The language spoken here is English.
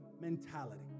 mentality